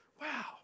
Wow